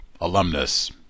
alumnus